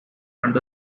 and